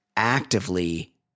actively